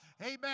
Amen